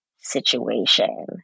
situation